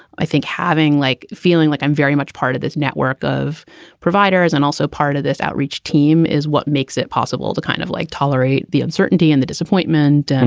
i think having like feeling like i'm very much part of this network of providers and also part of this outreach team is what makes it possible to kind of like tolerate the uncertainty and the disappointment. and